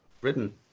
Britain